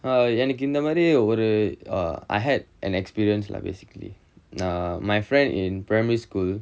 err எனக்கு இந்தமாரி ஒரு:enakku inthamaari oru I had an experience lah basically err my friend in primary school